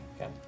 okay